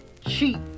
cheap